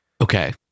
Okay